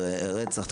רצח,